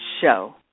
show